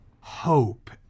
hope